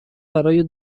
برای